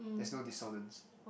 there's no dissonance